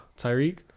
Tyreek